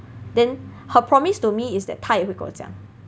then her promise to me is that 他也会跟我讲